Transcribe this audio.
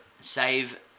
save